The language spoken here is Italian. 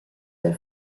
del